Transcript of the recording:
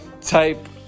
type